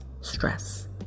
stress